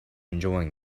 enjoying